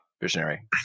visionary